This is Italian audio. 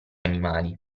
animali